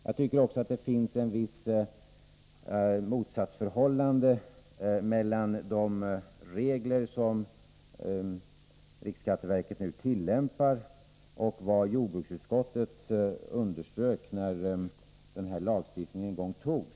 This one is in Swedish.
Jag tycker också att det finns ett visst motsatsförhållande mellan de regler som riksskatteverket nu tillämpar och vad jordbruksutskottet underströk när lagstiftningen en gång antogs.